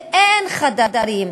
ואין חדרים.